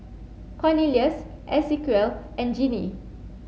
Cornelius Esequiel and Genie